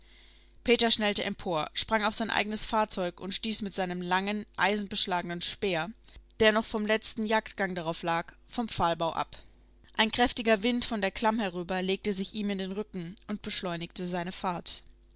peter schnellte empor sprang auf sein eigenes fahrzeug und stieß mit seinem langen eisenbeschlagenen speer der noch vom letzten jagdgang darauf lag vom pfahlbau ab ein kräftiger wind von der klamm herüber legte sich ihm in den rücken und beschleunigte seine fahrt